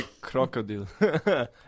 Crocodile